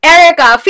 Erica